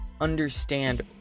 understand